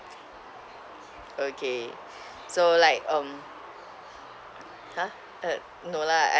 okay so like um !huh! uh no lah